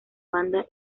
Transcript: banda